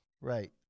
Right